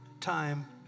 time